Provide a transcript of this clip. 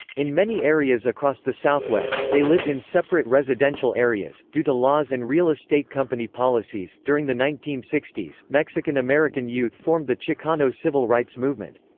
in many areas across the southwest, they lived in separate residential areas, due to laws and real estate company policies during the nineteen sixty s, mexican american youth formed the chicano civil rights movement.